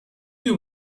you